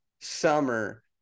summer